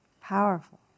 Powerful